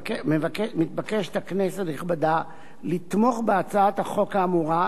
מתבקשת הכנסת הנכבדה לתמוך בהצעת החוק האמורה,